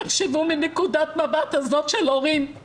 תחשבו מנקודת המבט הזאת של הורים,